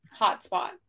hotspot